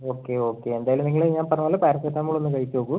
okay okay എന്തായാലും നിങ്ങൾ ഞാൻ പറഞ്ഞപോലെ പാരസിറ്റമോളോന്ന് കഴിച്ചു നോക്കൂ